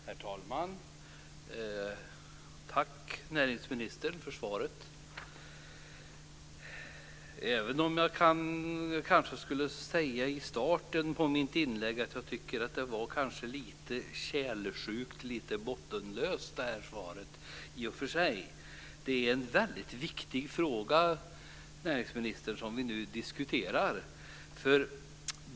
Herr talman! Tack, näringsministern, för svaret, även om jag tycker att det var lite tjälsjukt och bottenlöst. Det är en väldigt viktig fråga som vi diskuterar.